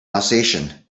alsatian